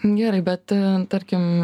gerai bet tarkim